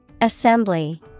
Assembly